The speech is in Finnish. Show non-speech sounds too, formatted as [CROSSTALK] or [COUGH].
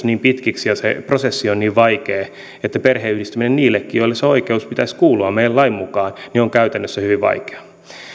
[UNINTELLIGIBLE] niin pitkiksi ja se prosessi on niin vaikea että perheenyhdistäminen niillekin joille sen oikeuden pitäisi kuulua meidän lain mukaan on käytännössä hyvin